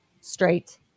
straight